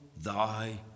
thy